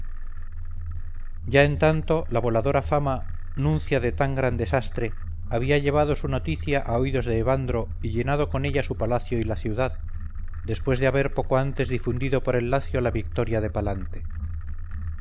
ya en tanto la voladora fama nuncia de tan gran desastre había llevado su noticia a oídos de evandro y llenado con ella su palacio y la ciudad después de haber poco antes difundido por el lacio la victoria de palante